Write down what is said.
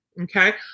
okay